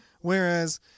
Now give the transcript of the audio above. Whereas